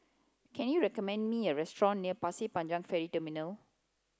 can you recommend me a restaurant near Pasir Panjang Ferry Terminal